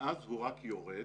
מאז הוא רק יורד.